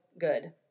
good